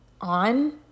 on